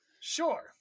Sure